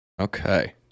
Okay